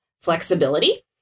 flexibility